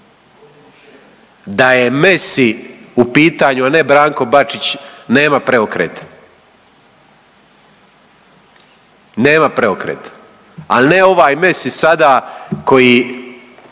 Da je Messi u pitanju, a ne Branko Bačić, nema preokreta. Nema preokreta. Al' ne ovaj Messi sada koji